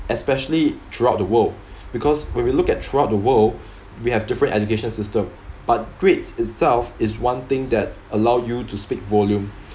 especially throughout the world because when we look at throughout the world we have different education system but grades itself is one thing that allow you to speak volume